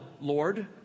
Lord